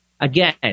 again